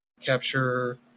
capture